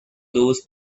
those